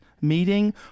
meeting